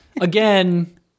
Again